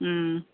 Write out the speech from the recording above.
ம்